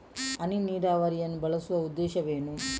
ಹನಿ ನೀರಾವರಿಯನ್ನು ಬಳಸುವ ಉದ್ದೇಶವೇನು?